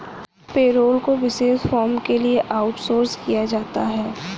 payroll को विशेष फर्मों के लिए आउटसोर्स किया जाता है